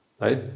right